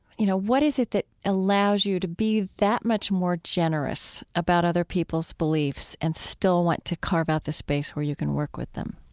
you know, what is it that allows you to be that much more generous about other people's beliefs, and still want to carve out this space where you can work with them?